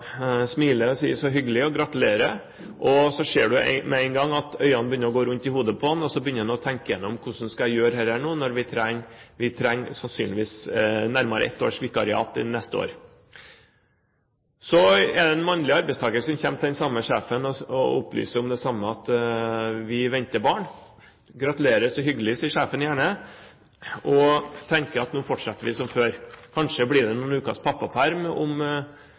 og sier: så hyggelig og gratulerer. Så ser du med en gang at øynene begynner å gå rundt i hodet på ham, og så begynner han å tenke igjennom hvordan skal jeg gjøre dette nå, vi trenger sannsynligvis nærmere et års vikariat neste år. Så er det en mannlig arbeidstaker som kommer til den samme sjefen og opplyser om det samme, at vi venter barn. Gratulerer, så hyggelig, sier sjefen gjerne, og tenker at nå fortsetter vi som før. Kanskje blir det noen ukers pappaperm om